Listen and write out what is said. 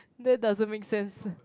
that doesn't make sense